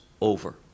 over